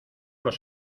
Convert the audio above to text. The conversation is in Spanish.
los